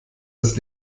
das